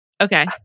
Okay